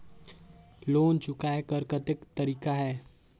Loan चुकाय कर कतेक तरीका है?